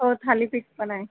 हो थालीपीठ पण आहे